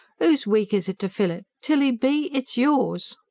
oo's week is it to fill it? tilly b, it's yours!